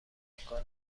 میکنه